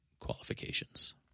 qualifications